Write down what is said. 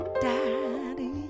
Daddy